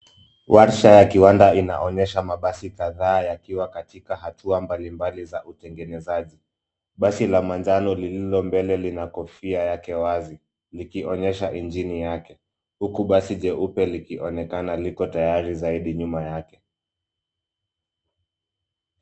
Warsha ya kiwanda inaonyesha mabasi kadhaa yakiwa katika hatua mbalimbali za utengenezaji. Basi la manjano lililo mbele lina kofia yake ya wazi likionyesha injini yake huku basi jeupe likionekana liko tayari zaidi nyuma yake.